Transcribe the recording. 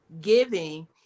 giving